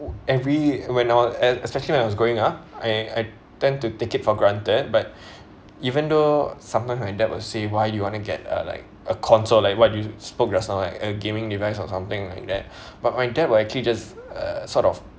every when I wa~ at~ especially when I was growing up I I tend to take it for granted but even though sometimes my dad will say why do you want to get a like a console like what do you yourself like a gaming device or something like that but my dad will actually just uh sort of